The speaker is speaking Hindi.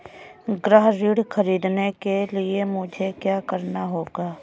गृह ऋण ख़रीदने के लिए मुझे क्या करना होगा?